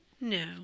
No